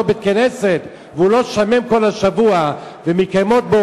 בית-כנסת והוא לא שומם כל השבוע ומתקיימים בו,